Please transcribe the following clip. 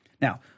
now